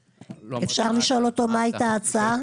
אפשר לשאול מה הייתה ההצעה?